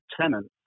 tenants